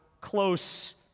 close